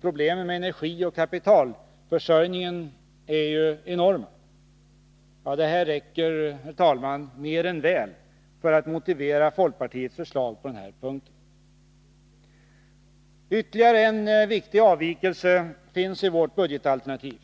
Problemen med energioch kapitalförsörjningen är ju enorma. Herr talman! Det här räcker mer än väl för att motivera folkpartiets förslag på den här punkten. Ytterligare en viktig avvikelse finns i vårt budgetalternativ.